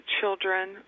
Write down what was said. children